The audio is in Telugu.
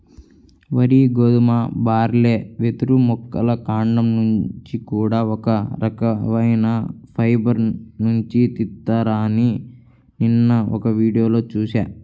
వరి, గోధుమ, బార్లీ, వెదురు మొక్కల కాండం నుంచి కూడా ఒక రకవైన ఫైబర్ నుంచి తీత్తారని నిన్న ఒక వీడియోలో చూశా